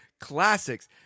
classics